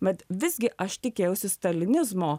bet visgi aš tikėjausi stalinizmo